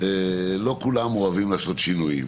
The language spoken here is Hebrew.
לא כולם אוהבים לעשות שינויים.